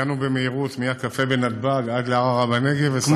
הגענו במהירות מהקפה בנתב"ג עד ערערה בנגב וסח'נין בצפון.